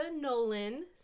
Nolan